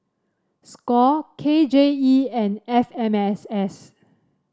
Score K J E and F M S S